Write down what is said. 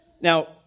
Now